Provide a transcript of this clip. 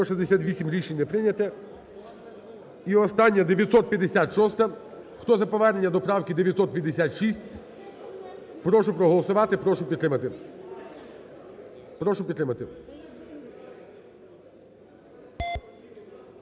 прошу проголосувати, прошу підтримати.